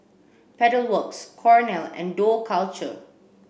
Pedal Works Cornell and Dough Culture